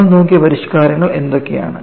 നമ്മൾ നോക്കിയ പരിഷ്കാരങ്ങൾ എന്തൊക്കെയാണ്